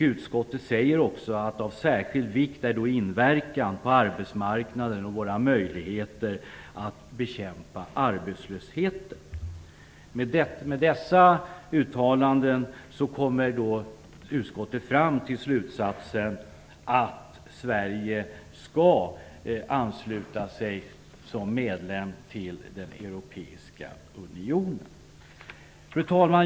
Utskottet säger också att det är av största vikt att veta hur den inverkar på arbetsmarknaden och på våra möjligheter att bekämpa arbetslösheten. Med dessa uttalanden kommer utskottet fram till slutsatsen att Sverige skall ansluta sig till den europeiska unionen. Fru talman!